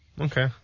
Okay